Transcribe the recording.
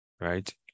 right